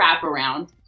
wraparound